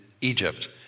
Egypt